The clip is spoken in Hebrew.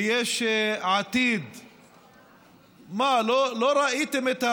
מיש עתיד, מה, לא שמעתם?